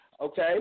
okay